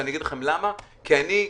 ואני אגיד לכם למה: אני,